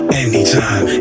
anytime